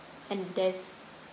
and there's